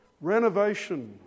renovation